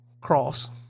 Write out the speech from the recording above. Cross